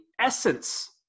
essence